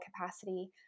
capacity